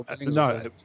no